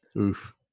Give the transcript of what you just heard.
oof